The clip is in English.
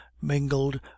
mingled